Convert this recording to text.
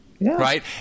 right